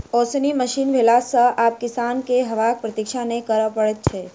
ओसौनी मशीन भेला सॅ आब किसान के हवाक प्रतिक्षा नै करय पड़ैत छै